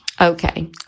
Okay